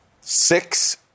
Six